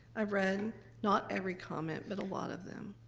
i've read not every comment but a lot of them.